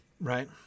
right